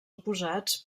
oposats